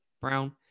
Brown